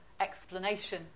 explanation